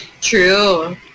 True